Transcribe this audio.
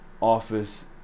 office